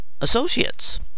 associates